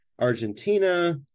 Argentina